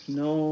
no